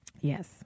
Yes